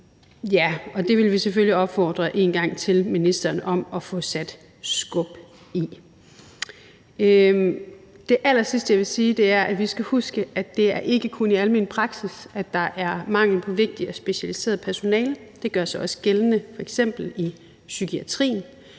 Det vil vi selvfølgelig opfordre ministeren til en gang til, altså til at få sat skub i det. Det allersidste, jeg vil sige, er, at vi skal huske, at det ikke kun er i almen praksis, at der er mangel på vigtigt og specialiseret personale, for det gør sig f.eks. også gældende i psykiatrien,